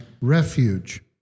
refuge